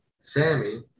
Sammy